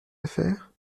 affaires